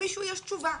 ולמישהו יש תשובה.